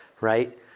right